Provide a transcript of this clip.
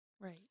Right